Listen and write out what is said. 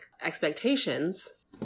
expectations